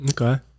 Okay